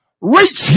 reach